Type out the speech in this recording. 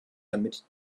damit